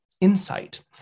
insight